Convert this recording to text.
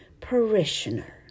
parishioner